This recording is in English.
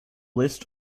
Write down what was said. list